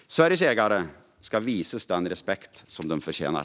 Sveriges jägare ska visas den respekt de förtjänar!